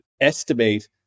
estimate